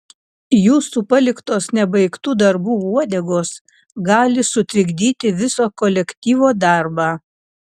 jūsų paliktos nebaigtų darbų uodegos gali sutrikdyti viso kolektyvo darbą